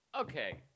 Okay